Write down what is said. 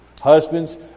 Husbands